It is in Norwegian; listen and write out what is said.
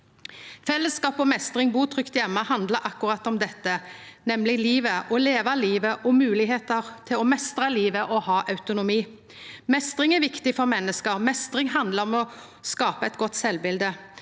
Fellesskap og meistring – Bu trygt heime handlar om akkurat dette, nemleg livet, å leva livet, og moglegheiter til å meistra livet og ha autonomi. Meistring er viktig for menneske, meistring handlar om å skapa eit godt sjølvbilete.